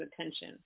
attention